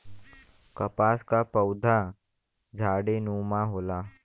कपास क पउधा झाड़ीनुमा होला